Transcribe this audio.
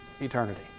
eternity